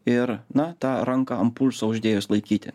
ir na ta ranką ant pulso uždėjus laikyti